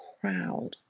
crowd